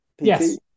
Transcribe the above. yes